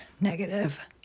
negative